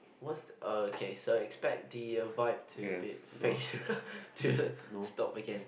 what's err okay so expect the vibe to be a bit fake to stop again